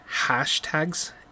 hashtags